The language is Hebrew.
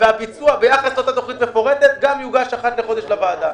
והביצוע ביחס לאותה תוכנית מפורטת גם יוגש אחת לחודש לוועדה.